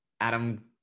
adam